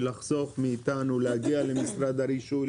לחסוך מאיתנו להגיע למשרד הרישוי,